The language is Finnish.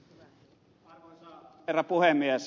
arvoisa herra puhemies